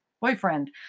boyfriend